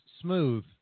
smooth